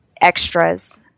extras